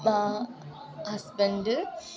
അപ്പാ ഹസ്ബൻഡ്